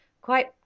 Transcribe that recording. Quite